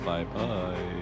Bye-bye